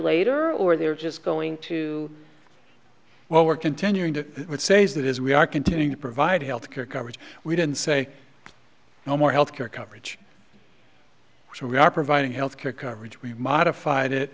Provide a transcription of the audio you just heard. later or they're just going to well we're continuing to say that is we are continuing to provide health care coverage we didn't say no more health care coverage so we are providing health care coverage we modified it